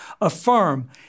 affirm